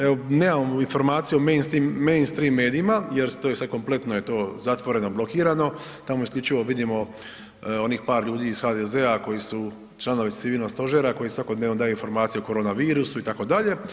Evo, nemamo informaciju o mainstream medijima jer to je sve kompletno je to zatvoreno, blokirano, tamo isključivo vidimo onih par ljudi iz HDZ-a koji su članovi civilnog stožera, koji svakodnevno daju informacije o koronavirusu itd.